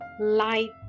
light